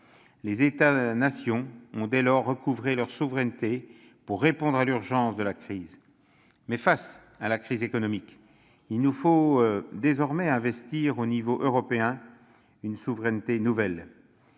Les États-nations ont dès lors recouvré leur souveraineté pour répondre à l'urgence de la crise. Mais face à la crise économique, il nous faut désormais investir à l'échelon européen une souveraineté nouvelle